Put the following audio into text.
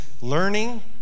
learning